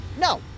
No